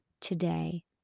today